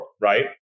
right